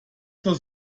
zur